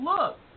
look